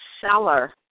seller